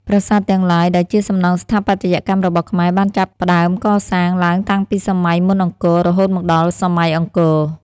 ប្រាសាទទាំងឡាយ ដែលជាសំណង់ស្ថាបត្យកម្មរបស់ខ្មែរបានចាប់ផ្តើមកសាង ឡើងតាំងពីសម័យមុនអង្គរ រហូតមកដល់សម័យអង្គរ។